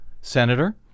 Senator